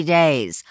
days